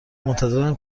منتظرم